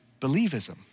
believism